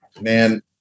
man